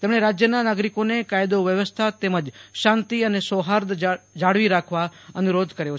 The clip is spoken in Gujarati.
તેમણે રાજયના નાગરીકોને કાયદો વ્યવસ્થા તેમજ શાંતિ સૌફાર્દ જાળવી રાખવા અનુરોધ કર્યો છે